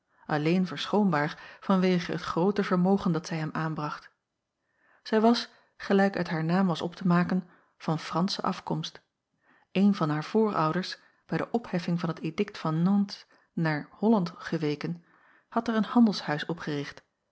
alleen verschoonbaar vanwege het groote vermogen dat zij hem aanbracht zij was gelijk uit haar naam was op te maken van fransche afkomst een van haar voorouders bij de opheffing van het edikt van nantes naar holland geweken had er een handelshuis opgericht